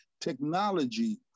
technology